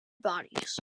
bodies